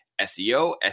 SEO